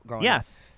yes